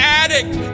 addict